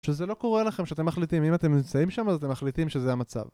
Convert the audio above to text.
שזה לא קורה לכם, שאתם מחליטים, אם אתם נמצאים שם אז אתם מחליטים שזה המצב